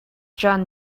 john